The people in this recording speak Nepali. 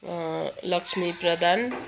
लक्ष्मी प्रधान